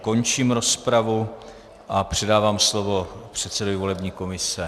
Končím rozpravu a předávám slovo předsedovi volební komise.